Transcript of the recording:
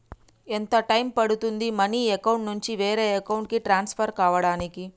ఎంత టైం పడుతుంది money account నుంచి వేరే అకౌంట్ కి ట్రాన్స్ఫర్ కావటానికి?